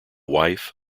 wife